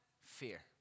Fear